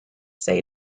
say